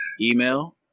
email